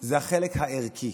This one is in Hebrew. הוא החלק הערכי,